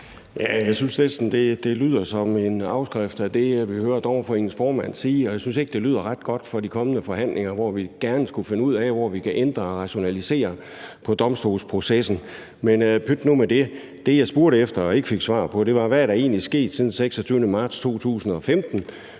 synes næsten, det lyder som en afskrift af det, vi hører Dommerforeningens formand sige, og jeg synes ikke, det lyder ret godt for de kommende forhandlinger, hvor vi gerne skulle finde ud af, hvor vi kan ændre på og rationalisere domstolsprocessen. Men pyt nu med det. Det, jeg spurgte efter og ikke fik svar på, var: Hvad er der egentlig sket siden den 26. marts 2015,